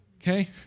okay